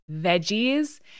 veggies